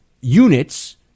Units